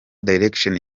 direction